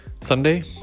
Sunday